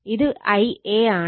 ഇത് Ia ആണ്